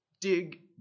Dig